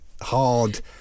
hard